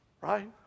Right